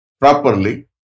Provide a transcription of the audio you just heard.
properly